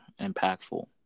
impactful